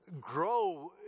grow